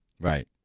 Right